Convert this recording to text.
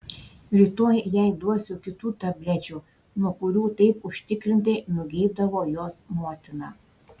rytoj jai duosiu kitų tablečių nuo kurių taip užtikrintai nugeibdavo jos motina